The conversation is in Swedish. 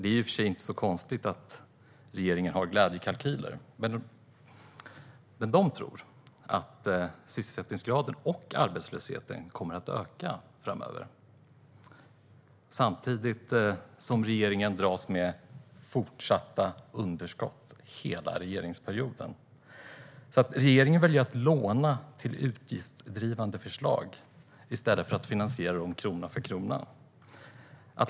Det är i och för sig inte så konstigt att regeringen gör glädjekalkyler, men dessa båda tror att sysselsättningsgraden kommer att sjunka och arbetslösheten öka framöver. Samtidigt dras regeringen med fortsatta underskott hela regeringsperioden. Regeringen väljer att låna till utgiftsdrivande förslag i stället för att finansiera dem krona för krona.